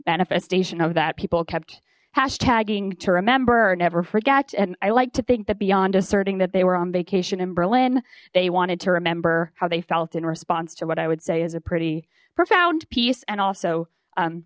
manifestation of that people kept hashtagging to remember and never forget and i like to think that beyond asserting that they were on vacation in berlin they wanted to remember how they felt in response to what i would say is a pretty profound piece and also